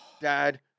Dad